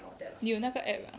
你有那个 app ah